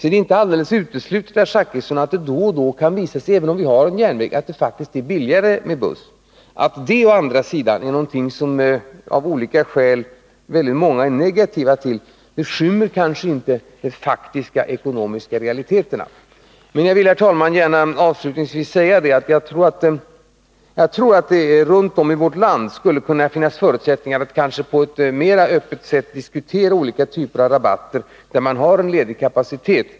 Det är inte alldeles uteslutet, herr Zachrisson, att det då och då — även om vi har en järnväg — kan visa sig att det faktiskt blir billigare med buss. Att det, å andra sidan, är något som många av olika skäl är negativa till skymmer kanske inte de faktiska ekonomiska realiteterna. Men jag vill, herr talman, avslutningsvis gärna säga att jag tror att det runt om i vårt land skulle kunna finnas förutsättningar för att på ett mera öppet sätt diskutera olika typer av rabatter, där man har ledig kapacitet.